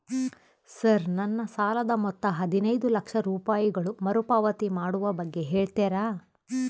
Sir ನನ್ನ ಸಾಲದ ಮೊತ್ತ ಹದಿನೈದು ಲಕ್ಷ ರೂಪಾಯಿಗಳು ಮರುಪಾವತಿ ಮಾಡುವ ಬಗ್ಗೆ ಹೇಳ್ತೇರಾ?